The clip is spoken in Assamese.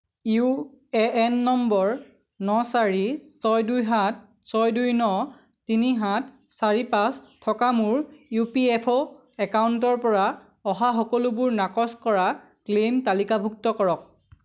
ইউ এ এন নম্বৰ ন চাৰি ছয় দুই সাত ছয় দুই ন তিনি সাত চাৰি পাঁচ থকা মোৰ ই পি এফ অ' একাউণ্টৰ পৰা অহা সকলোবোৰ নাকচ কৰা ক্লেইম তালিকাভুক্ত কৰক